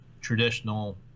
traditional